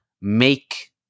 make